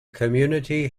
community